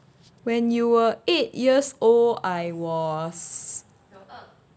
when you were eight years old I was